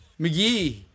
McGee